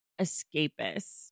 Escapist